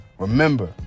Remember